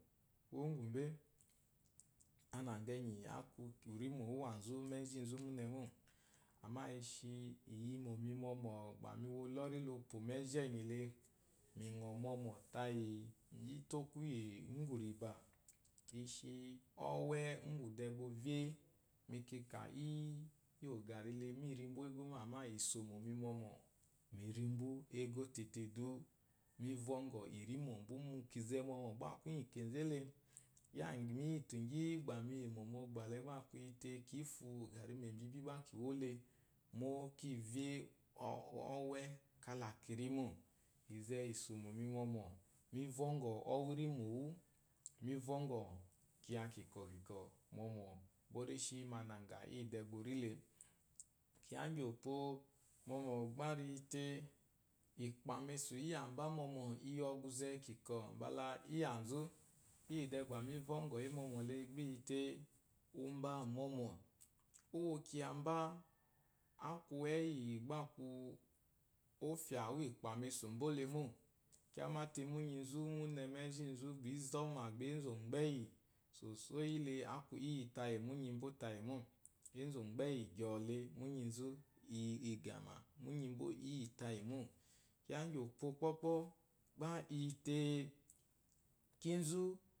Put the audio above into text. Kuwombe ananga enyi aku urimo uwanzu mejinzu mune mo ba ishi angɔma mi meji enyile miwo luri lopoleba ishi owe mbu ovye ba mi rimbu mune mo amma iso mi mɔmɔ mu rimbu kego tete me vɔngɔ irimbo bo tete kinze mɔmɔ gba aku igyio kenze, mi vɔngɔ ɔwe irimi, mi vongo apula ikunkwo kunkwo, eyi opo. igbamesu iyaba mɔmɔ eyi ogunze ikinkwo bula iyanzu. yide ba mi vɔngɔyi mɔmɔ le gba iyite mba pwo kujamba aku eyi gba aku oma iyi pamesu mba lemu kyama munizu, mejinzu ba ezɔma ba ɔgbeyi sosai le aku tayi iyita mu nyimbo tayi mu unzu gbeyi gyoole muninzu munyimbo iyi tayi mo kiya igyi opo kpo kpo iyite kenzu.